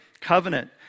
covenant